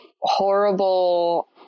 horrible